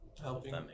Helping